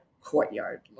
courtyard